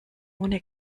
ohne